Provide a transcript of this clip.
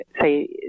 say